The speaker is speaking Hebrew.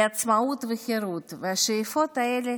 לעצמאות וחירות, והשאיפות האלה